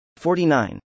49